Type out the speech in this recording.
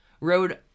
wrote